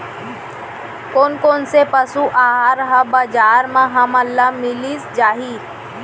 कोन कोन से पसु आहार ह बजार म हमन ल मिलिस जाही?